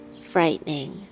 frightening